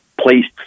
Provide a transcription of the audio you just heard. placed